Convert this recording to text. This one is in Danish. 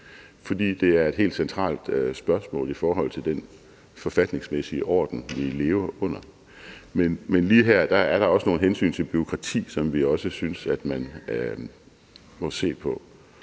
fordi det er et helt centralt spørgsmål i forhold til den forfatningsmæssige orden, vi lever under. Men lige her er der også nogle hensyn til bureaukrati, som vi også synes man må se på,